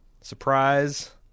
Surprise